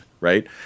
right